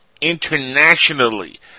internationally